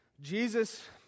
Jesus